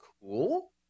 cool